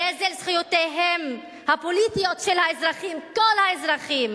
גזל זכויותיהם הפוליטיות של האזרחים, כל האזרחים